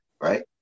right